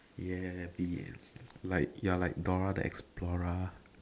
ya be like you're like Dora the explorer